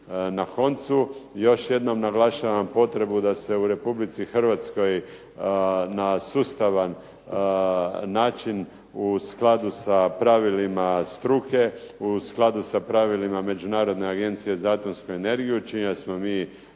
Na koncu, još jednom naglašavam potrebu da se u Republici Hrvatskoj na sustavan način u skladu sa pravilima struke, u skladu sa pravilima Međunarodne agencije za atomsku energiju, čija smo mi